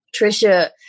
Trisha